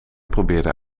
probeerde